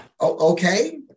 okay